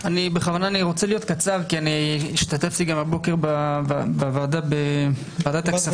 אני רוצה להיות קצר כי השתתפתי הבוקר גם בוועדת הכספים,